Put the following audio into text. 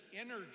energy